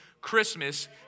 Christmas